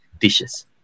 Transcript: dishes